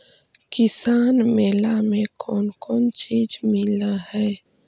किसान मेला मे कोन कोन चिज मिलै है?